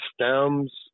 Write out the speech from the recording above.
stems